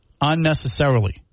unnecessarily